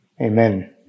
Amen